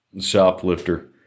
shoplifter